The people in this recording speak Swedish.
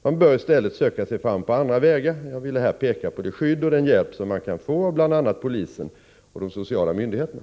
Man bör i stället söka sig fram på andra vägar. Jag vill här peka på det skydd och den hjälp som man kan få av bl.a. polisen och de sociala myndigheterna.